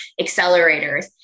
accelerators